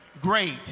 Great